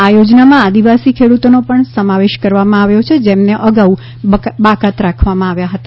આ યોજનામાં આદિવાસી ખેડૂતોનો પણ સમાવેશ કરવામાં આવ્યો છે જેમને અગાઉ બાકાત રાખવામાં આવ્યા હતા